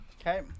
okay